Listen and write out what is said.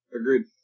agreed